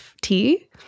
tea